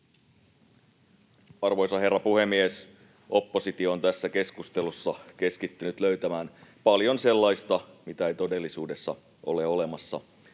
Arvoisa herra puhemies! Oppositio on tässä keskustelussa keskittynyt löytämään paljon sellaista, mitä ei todellisuudessa ole olemassa,